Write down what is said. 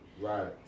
Right